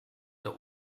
der